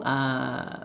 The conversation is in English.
uh